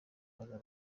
haza